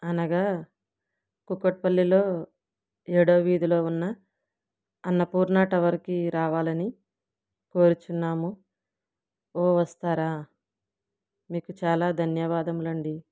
అనగా కూకట్పల్లిలో ఏడో వీధిలో ఉన్న అన్నపూర్ణ టవర్ కి రావాలని కోరుచున్నాము వస్తారా మీకు చాలా ధన్యవాదములండి